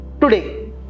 today